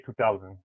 2000